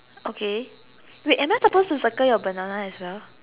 okay wait am I supposed to circle your banana as well